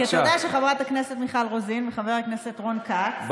אתה יודע שחברת הכנסת מיכל רוזין וחבר הכנסת רון כץ,